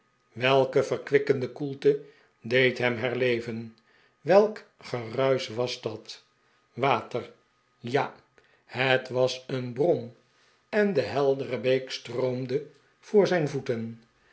welke verkwikkende koel'te deed hem herleven welk geruisdh was dat water ja het was een bron en de heldere beek stroomde voor zijn voeten